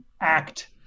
act